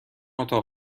اتاق